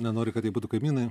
nenori kad tai būtų kaimynai